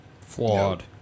flawed